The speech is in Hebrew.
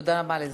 תודה רבה לסגן.